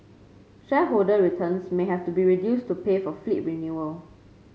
shareholder returns may have to be reduced to pay for fleet renewal